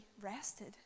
rested